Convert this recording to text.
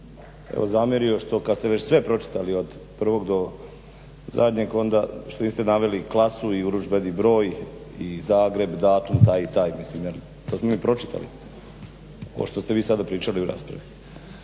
vam zamjerio što kad ste već sve pročitali od prvog do zadnjeg, onda što niste naveli klasu, urudžbeni broj i Zagreb, datum i taj i taj. To smo mi pročitali, ovo što ste vi sada pričali u raspravi.